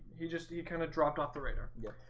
he just you kind of dropped off the radar. yeah,